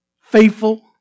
faithful